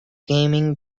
gaming